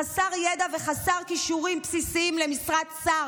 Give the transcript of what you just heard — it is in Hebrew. חסר ידע וחסר כישורים בסיסיים למשרת שר,